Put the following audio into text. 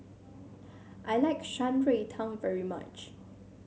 I like Shan Rui Tang very much